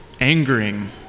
angering